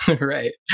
Right